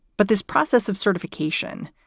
but this process of certification,